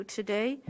today